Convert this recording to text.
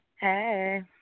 Hey